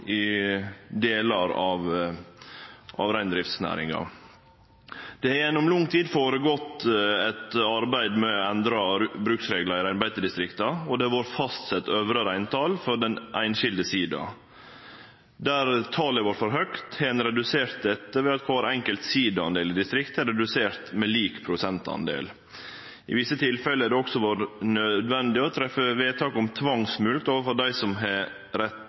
i delar av reindriftsnæringa. Det har gjennom lang tid gått føre seg eit arbeid med å endre bruksreglar i reinbeitedistrikta, og det har vore fastsett øvre reintal for den einskilde siidaen. Der talet har vore for høgt, har ein redusert dette ved at kvar enkelt siidadel i eit distrikt har redusert med lik prosentdel. I visse tilfelle har det også vore nødvendig å treffe vedtak om tvangsmulkt overfor dei som ikkje har